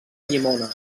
llimona